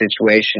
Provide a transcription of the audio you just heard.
situation